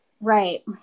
Right